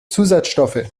zusatzstoffe